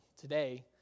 Today